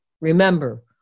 Remember